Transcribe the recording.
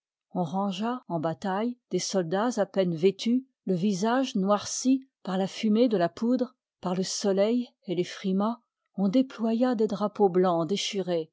on rangea en bataille des soldats à peine vêtus le visage noirci par la fumée de la poudre par le soleil et les frimas on déploya des drapeaux blancs déchirés